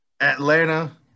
Atlanta